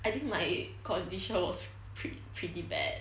I think my condition was pre~ pretty bad